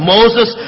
Moses